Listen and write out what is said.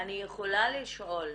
אני יכולה לשאול,